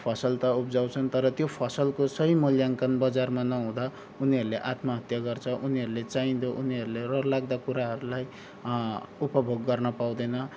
फसल त उब्जाउँछन् तर त्यो फसलको सही मूल्याङ्कन बजारमा नहुँदा उनीहरूले आत्महत्या गर्छ उनीहरूले चाहिँदो उनीहरूले रहर लाग्दा कुराहरूलाई उपभोग गर्न पाउँदैन